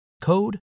code